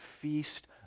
feast